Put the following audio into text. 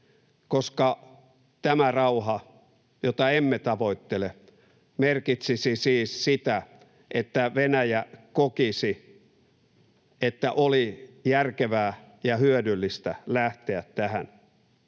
— tämä rauha, jota emme tavoittele — merkitsisi siis sitä, että Venäjä kokisi, että oli järkevää ja hyödyllistä lähteä tähän